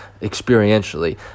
experientially